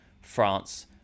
France